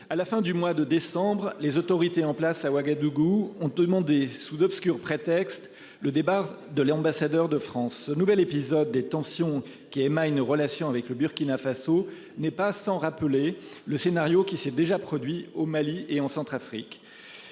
à la fin du mois de décembre, les autorités en place à Ouagadougou. On te demande des sous d'obscurs prétextes. Le départ de l'ambassadeur de France, nouvel épisode des tensions qui émaillent nos relations avec le Burkina Faso n'est pas sans rappeler le scénario qui s'est déjà produit au Mali et en Centrafrique.